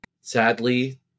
sadly